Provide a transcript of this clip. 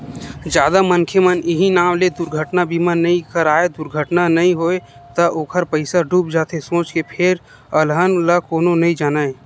जादा मनखे मन इहीं नांव ले दुरघटना बीमा नइ कराय दुरघटना नइ होय त ओखर पइसा डूब जाथे सोच के फेर अलहन ल कोनो नइ जानय